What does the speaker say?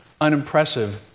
unimpressive